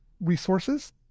resources